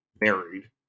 married